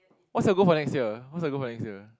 what's your goal for next year what's your goal for next year